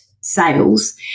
sales